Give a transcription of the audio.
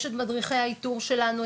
יש את מדריכי האיתור שלנו,